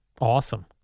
Awesome